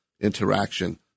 Interaction